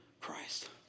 Christ